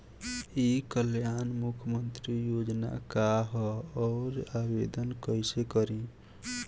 ई कल्याण मुख्यमंत्री योजना का है और आवेदन कईसे करी?